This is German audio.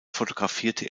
fotografierte